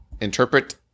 interpret